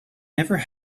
never